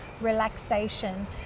relaxation